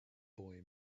boy